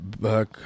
back